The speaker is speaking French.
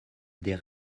des